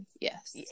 Yes